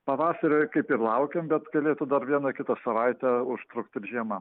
pavasario kaip ir laukiam bet galėtų dar vieną kitą savaitę užtrukt ir žiema